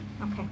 Okay